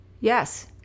Yes